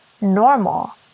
normal